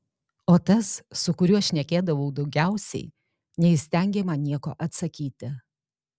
o tas su kuriuo šnekėdavau daugiausiai neįstengė man nieko atsakyti